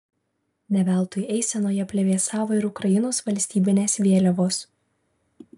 ne veltui eisenoje plevėsavo ir ukrainos valstybinės vėliavos